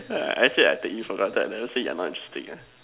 K lah I say I take you for granted I never say you're not interesting ah